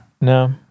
No